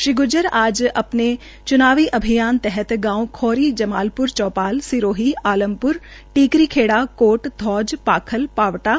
श्री गूर्जर आज अपने चुनावी अभियान तहत गांव खोरी जमालपुर चौपाल सिरोही आलमपुर टीकरी खेड़ा कोट धौज पाखल पावटा